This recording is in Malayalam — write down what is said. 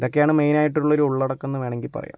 ഇതൊക്കെയാണ് മെയിനായിട്ടുള്ളൊരു ഉള്ളടക്കം എന്ന് വേണമെങ്കിൽ പറയാം